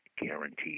guaranteed